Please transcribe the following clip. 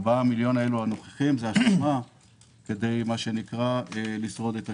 4 מיליון השקלים הנוכחים הם השלמה כדי לשרוד את השנה.